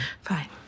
fine